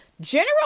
general